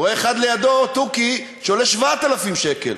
רואה אחד לידו, תוכי שעולה 7,000 שקל.